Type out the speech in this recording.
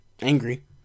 angry